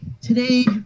today